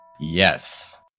Yes